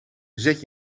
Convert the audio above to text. zet